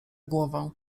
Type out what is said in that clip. głowę